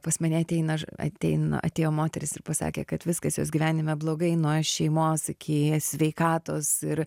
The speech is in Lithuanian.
pas mane ateina ateina atėjo moteris ir pasakė kad viskas jos gyvenime blogai nuo šeimos iki sveikatos ir